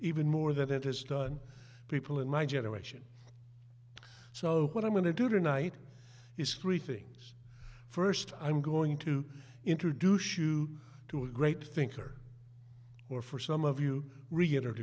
even more that interested people in my generation so what i'm going to do tonight is three things first i'm going to introduce you to a great thinker or for some of you reiter